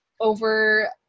over